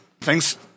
Thanks